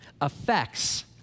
affects